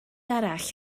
arall